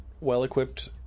well-equipped